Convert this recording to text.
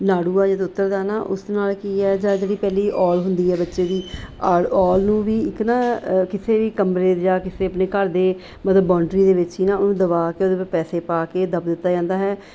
ਨਾੜੂਆ ਜਦ ਉਤਰਦਾ ਨਾ ਉਸ ਨਾਲ ਕੀ ਹੈ ਜਦ ਵੀ ਪਹਿਲੀ ਓਲ਼ ਹੁੰਦੀ ਹੈ ਬੱਚੇ ਦੀ ਔਰ ਓਲ਼ ਨੂੰ ਵੀ ਇੱਕ ਨਾ ਕਿਸੇ ਵੀ ਕਮਰੇ ਜਾਂ ਕਿਸੇ ਆਪਣੇ ਘਰ ਦੇ ਮਤਲਬ ਬਾਉਂਡਰੀ ਦੇ ਵਿੱਚ ਹੀ ਨਾ ਉਹਨੂੰ ਦਬਾ ਕੇ ਉਹਦੇ ਪਰ ਪੈਸੇ ਪਾ ਕੇ ਦੱਬ ਦਿੱਤਾ ਜਾਂਦਾ ਹੈ